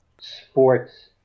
sports